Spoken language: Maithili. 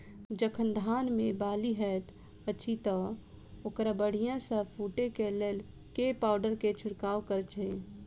जखन धान मे बाली हएत अछि तऽ ओकरा बढ़िया सँ फूटै केँ लेल केँ पावडर केँ छिरकाव करऽ छी?